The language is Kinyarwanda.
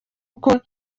uko